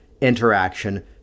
interaction